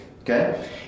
Okay